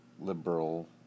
liberal